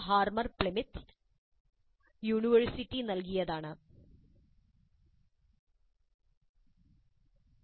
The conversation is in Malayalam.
pdf ലിങ്ക് അവസാനമായി ആക്സസ് ചെയ്തത് 01